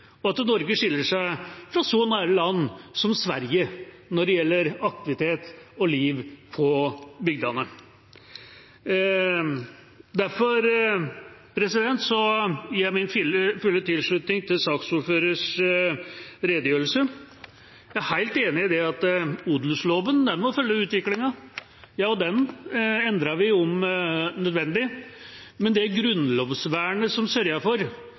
og at Norge skiller seg fra et så nært land som Sverige når det gjelder aktivitet og liv på bygdene. Derfor gir jeg min fulle tilslutning til saksordførerens redegjørelse. Jeg er helt enig i at odelsloven må følge utviklingen. Ja, vi endrer den om nødvendig. Men det grunnlovsvernet som sørger for